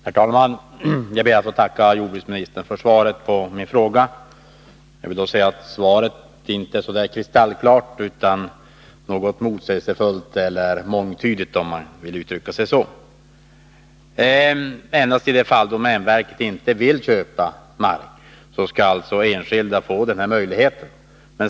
Herr talman! Jag ber att få tacka jordbruksministern för svaret på min fråga. Svaret är inte kristallklart utan något motsägelsefullt, eller mångtydigt, om man vill uttrycka sig så. Endast i de fall domänverket inte vill köpa mark skall alltså enskilda få den möjligheten.